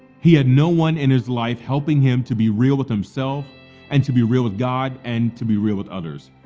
he had no one in his life helping him to be real with himself and to be real with god and to be real with others.